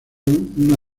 una